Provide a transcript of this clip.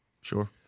Sure